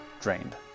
drained